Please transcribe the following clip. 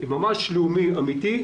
ממש לאומי אמיתי,